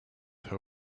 her